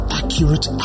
accurate